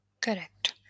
Correct